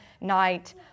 night